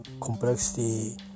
complexity